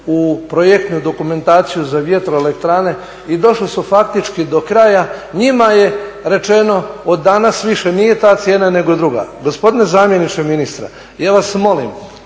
u projektnu dokumentaciju za vjetroelektrane i došli su faktički do kraja njima je rečeno od danas više nije ta cijena nego je druga. Gospodine zamjeniče ministra ja vas molim